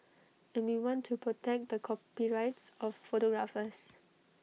and we want to protect the copyrights of photographers